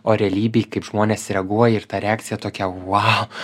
o realybėj kaip žmonės reaguoja ir ta reakcija tokia vau